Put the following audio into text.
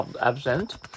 absent